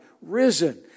risen